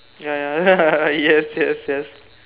ya ya ya yes yes yes